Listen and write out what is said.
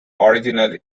original